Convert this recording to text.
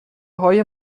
های